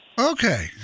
Okay